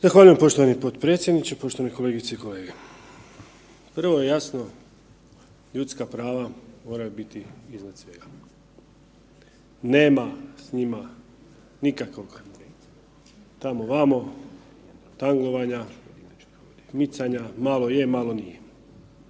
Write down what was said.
Zahvaljujem poštovani potpredsjedniče. Poštovane kolegice i kolege, prvo jasno ljudska prava moraju biti iznad svega. Nema s njima nikakvog tamo vamo tangovanja, micanja, malo je malo nije,